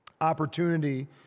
opportunity